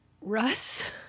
Russ